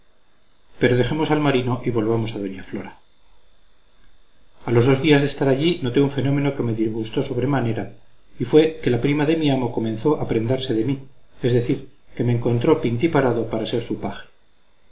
pero dejemos al marino y volvamos a doña flora a los dos días de estar allí noté un fenómeno que me disgustó sobremanera y fue que la prima de mi amo comenzó a prendarse de mí es decir que me encontró pintiparado para ser su paje